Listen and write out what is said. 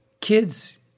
kids